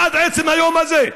עד עצם היום הזה,